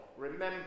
Remember